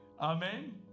Amen